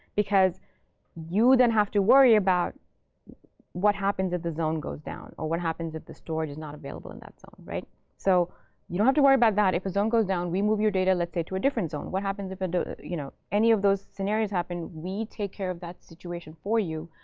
because you then have to worry about what happens if the zone goes down, or what happens if the storage is not available in that zone. so you don't have to worry about that. if a zone goes down, we move your data, let's say, to a different zone. what happens if if you know any of those scenarios happen, we take care of that situation for you.